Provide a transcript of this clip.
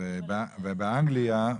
ובאנגליה --- כן,